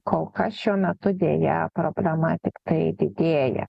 kol kas šiuo metu deja problema tiktai didėja